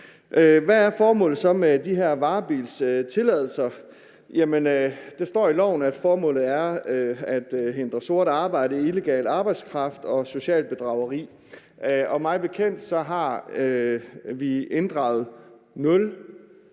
Hvad er formålet så med de her varebilstilladelser? Der står i loven, at formålet er at hindre sort arbejde, illegal arbejdskraft og socialt bedrageri. Mig bekendt har vi inddraget